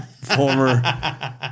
Former